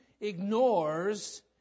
ignores